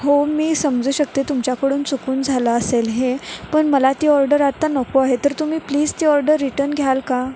हो मी समजू शकते तुमच्याकडून चुकून झालं असेल हे पण मला ती ऑर्डर आत्ता नको आहे तर तुम्ही प्लीज ती ऑर्डर रिटर्न घ्याल का